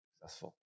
successful